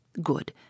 Good